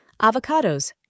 avocados